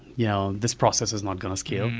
yeah this process is not going to scale,